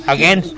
Again